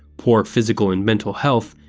poor physical and mental health,